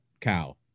cow